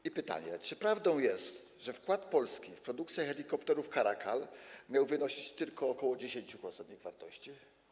I pytanie: Czy prawdą jest, że wkład Polski w produkcję helikopterów Caracal miał wynosić tylko ok. 10% ich wartości?